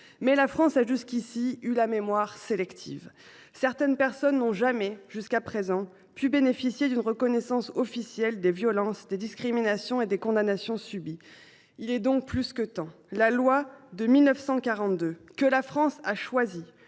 Mais la France a eu la mémoire sélective, car certaines personnes n’ont jamais, jusqu’à présent, pu bénéficier d’une reconnaissance officielle des violences, des discriminations et des condamnations qu’elles ont subies. Il est donc plus que temps d’agir. La loi de 1942, que la France a choisi